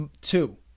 two